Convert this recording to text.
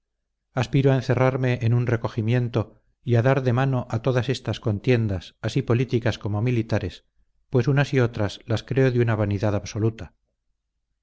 aspiro a encerrarme en un recogimiento y a dar de mano a todas estas contiendas así políticas como militares pues unas y otras las creo de una vanidad absoluta